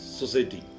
society